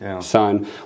son